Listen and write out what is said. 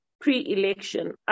pre-election